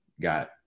got